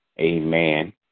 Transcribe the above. Amen